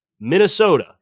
Minnesota